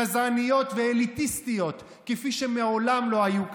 גזעניות ואליטיסטיות כפי שמעולם לא היו כאן.